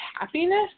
happiness